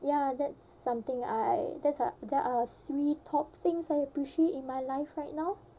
ya that's something I that's uh that are three top things I appreciate in my life right now